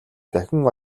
дахин